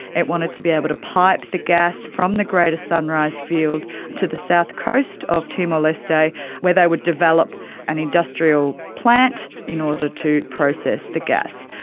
it wanted to be able to pipe the gas from the greater sunrise field to the south coast of timor-leste where they would develop an industrial plant in order to process the gas.